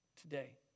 today